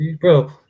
bro